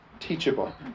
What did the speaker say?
Teachable